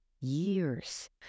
years